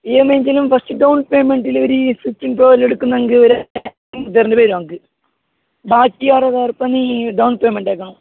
E M ഐന്റെനും first down പേയ്മെൻറ്റിൽ ഒരു ഈ സിക്സ്റ്റീൻ പ്രൊ എടുക്കുന്നതെങ്കിൽ ഒരു റുപ്യ തരേണ്ടിവരും നമുക്ക് ബാക്കി അറുപതിനായിരം റുപ്യ ഈ ഡൗൺ പേയ്മെന്റ് ആക്കണം